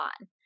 on